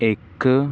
ਇੱਕ